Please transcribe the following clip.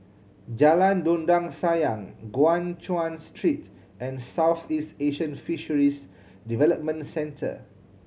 Jalan Dondang Sayang Guan Chuan Street and Southeast Asian Fisheries Development Centre